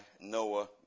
Noah